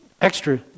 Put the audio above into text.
extra